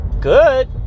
good